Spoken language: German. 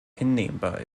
hinnehmbar